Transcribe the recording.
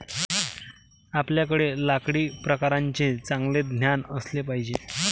आपल्याकडे लाकडी प्रकारांचे चांगले ज्ञान असले पाहिजे